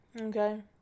Okay